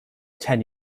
ten